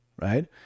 right